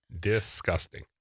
Disgusting